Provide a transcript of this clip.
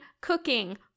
cooking